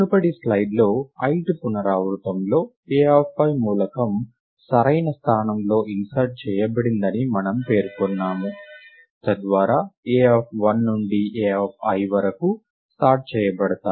మునుపటి స్లయిడ్లో ith పునరావృతంలో Ai మూలకం సరైన స్థానంలో ఇన్సర్ట్ చేయబడిందని మనము పేర్కొన్నాము తద్వారా a1 నుండి Ai వరకు సార్ట్ చేయబడుతాయి